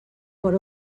por